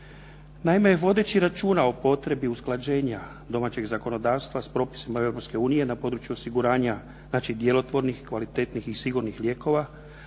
Naime, vodeći računa o potrebi usklađenja domaćeg zakonodavstva s propisima Europske unije na području osiguranja znači djelotvornih, kvalitetnih i sigurnih lijekova